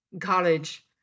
college